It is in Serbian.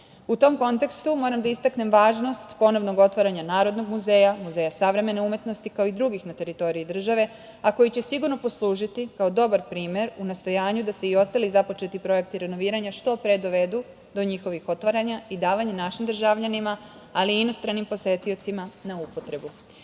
tom kontekstu, moram da istaknem važnost ponovnog otvaranja Narodnog muzeja, Muzeja savremene umetnosti, kao i drugih na teritoriji države, a koji će sigurno poslužiti kao dobar primer u nastojanju da se i ostali započeti projekti renoviranja što pre dovedu do njihovih otvaranja i davanja našim državljanima, ali i inostranim posetiocima na upotrebu. Imajući